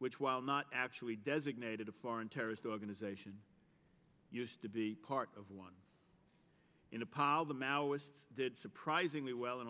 which while not actually designated a foreign terrorist organization used to be part of one in a pa the maoists did surprisingly well in